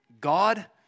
God